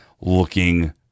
looking